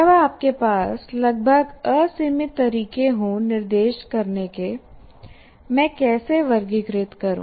जब आपके पास लगभग असीमित तरीके हों निर्देश करने के मैं कैसे वर्गीकृत करूं